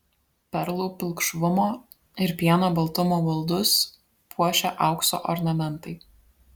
perlų pilkšvumo ir pieno baltumo baldus puošia aukso ornamentai